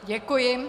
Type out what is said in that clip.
Děkuji.